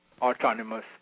autonomous